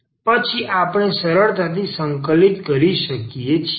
પછી આપણે સરળતાથી સંકલિત થઈ શકીએ છીએ